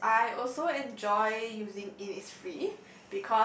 yes I also enjoy using Innisfree